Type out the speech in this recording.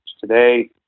today